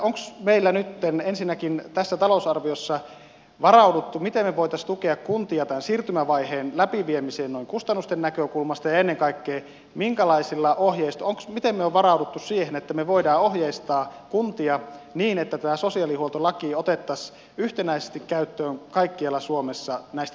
onko meillä nyt ensinnäkin tässä talousarviossa varauduttu siihen miten me voisimme tukea kuntia tämän siirtymävaiheen läpiviemiseen noin kustannusten näkökulmasta ja ennen kaikkea miten me olemme varautuneet siihen että me voimme ohjeistaa kuntia niin että tämä sosiaalihuoltolaki otettaisiin yhtenäisesti käyttöön kaikkialla suomessa näistä tulkinnanvaraisuuksista riippumatta